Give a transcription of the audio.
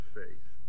faith